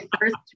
first